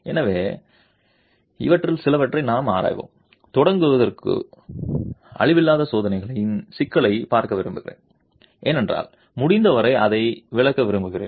எனவே இவற்றில் சிலவற்றை நாம் ஆராய்வோம் தொடங்குவதற்கு அழிவில்லாத சோதனையின் சிக்கலைப் பார்க்க விரும்புகிறேன் ஏனென்றால் முடிந்தவரை அதை விலக்க விரும்புகிறேன்